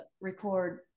record